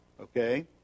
okay